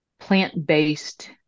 plant-based